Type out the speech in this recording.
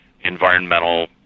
environmental